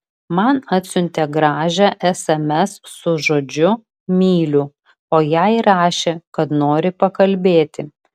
man atsiuntė gražią sms su žodžiu myliu o jai rašė kad nori pakalbėti